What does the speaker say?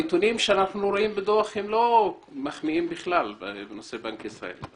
הנתונים שאנחנו רואים בדוח לא מחמיאים לבנק ישראל.